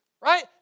Right